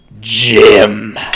jim